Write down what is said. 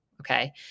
okay